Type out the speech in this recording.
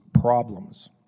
problems